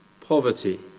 poverty